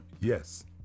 Yes